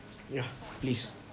ya please